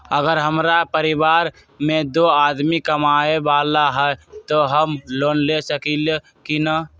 अगर हमरा परिवार में दो आदमी कमाये वाला है त हम लोन ले सकेली की न?